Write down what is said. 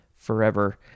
forever